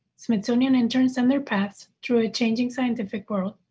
smithsonian interns and their paths through a changing scientific world.